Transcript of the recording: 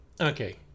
Okay